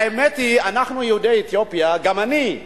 האמת היא, אנחנו יהודי אתיופיה, גם אני,